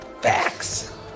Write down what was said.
Facts